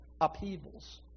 upheavals